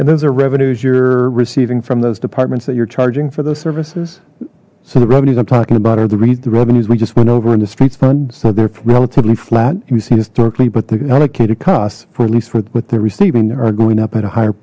and those are revenues you're receiving from those departments that you're charging for those services so the revenues i'm talking about are the reads the revenues we just went over in the streets fund so they're relatively flat you see historically but the allocated costs for at least four what they're receiving there are going up at a higher